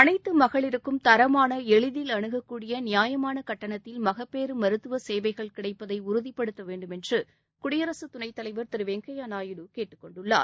அனைத்து மகளிருக்கும் தரமான எளிதில் அணுகக்கூடிய நியாயமான கட்டணத்தில் மகப்பேறு மருத்துவ சேவைகள் கிடைப்பதை உறுதிப்படுத்த வேண்டும் என்று குடியரசு துணைத் தலைவர் திரு வெங்கைய நாயுடு கேட்டுக் கொண்டுள்ளார்